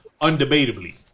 undebatably